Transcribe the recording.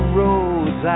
roads